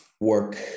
work